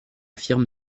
firme